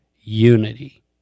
unity